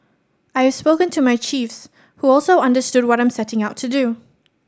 I have spoken to my chiefs who also understood what I'm setting out to do